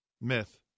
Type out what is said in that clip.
Myth